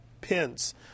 Pence